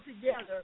together